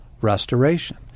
restoration